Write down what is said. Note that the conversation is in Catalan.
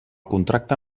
contracte